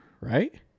right